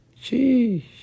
Jeez